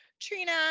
Trina